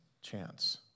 chance